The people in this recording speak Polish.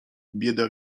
bieda